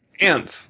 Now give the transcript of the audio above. ants